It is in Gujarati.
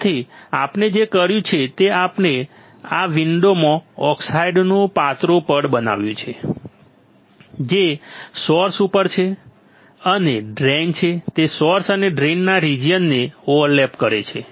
તેથી આપણે જે કર્યું છે તે આપણે આવિન્ડોમાં ઓક્સાઇડનું પાતળું પડ બનાવ્યું છે જે સોર્સ ઉપર છે અને ડ્રેઇન છે તે સોર્સ અને ડ્રેઇનના રીજીયનને ઓવરલેપ કરે છે